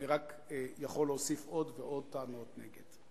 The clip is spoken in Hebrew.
אני רק יכול להוסיף עוד ועוד טענות נגד.